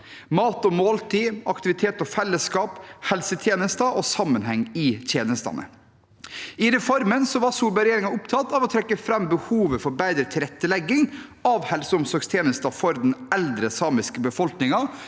mat og måltider, aktivitet og fellesskap, helsetjenester og sammenheng i tjenestene. I reformen var Solberg-regjeringen opptatt av å trekke fram behovet for bedre tilrettelegging av helse- og omsorgstjenester for den eldre samiske befolkningen,